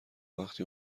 وقتی